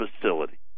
Facility